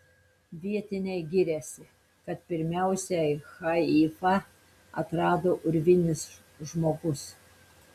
vietiniai giriasi kad pirmiausiai haifą atrado urvinis žmogus